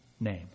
name